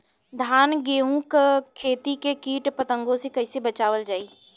धान गेहूँक खेती के कीट पतंगों से कइसे बचावल जाए?